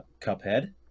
Cuphead